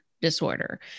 disorder